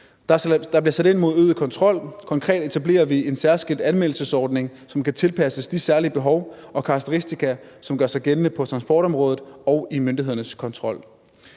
Der bliver sat ind med øget kontrol. Konkret etablerer vi en særskilt anmeldelsesordning, som kan tilpasses de særlige behov og karakteristika, som gør sig gældende på transportområdet, og i myndighedernes kontrol.